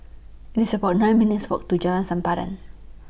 It's about nine minutes' Walk to Jalan Sempadan